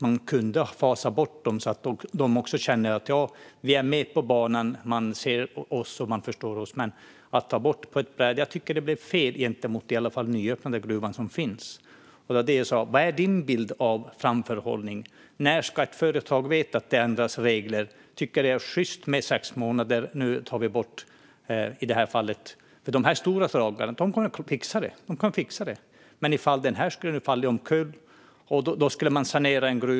Man kunde ha fasat ut dem så att företagen också känner att de är med på banan och att regeringen ser och förstår dem. Att göra det på ett bräde tycker jag blir fel gentemot i varje fall den nyöppnade gruvan. Vad är din bild vad gäller framförhållning? När ska ett företag få veta att regler ändras? Tycker du att det är sjyst att sex månader i förväg säga att man, som i detta fall, tar bort subventionerna? De stora företagen kommer att fixa det här. Men om denna gruva faller omkull måste man sanera den.